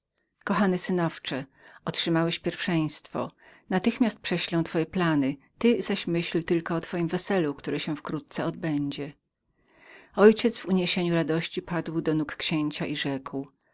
kochany synowcze otrzymałeś pierwszeństwo natychmiast przeszlę twoje plany ty zaś myśl tylko o twojem weselu które się wkrótce odbędzie mój ojciec padł do nóg księcia i rzekł